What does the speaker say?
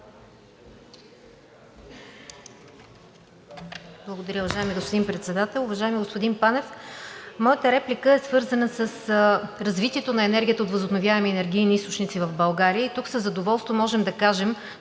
Благодаря. Уважаеми господин Председател, уважаеми господин Панев! Моята реплика е свързана с развитието на енергията от възобновяеми енергийни източници в България и тук със задоволство можем да кажем,